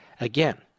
Again